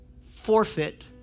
forfeit